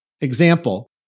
Example